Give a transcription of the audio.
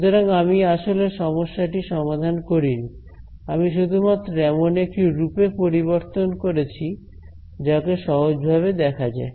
সুতরাং আমি আসলে সমস্যাটি সমাধান করিনি আমি শুধুমাত্র এমন একটি রূপে পরিবর্তন করেছি যাকে সহজভাবে দেখা যায়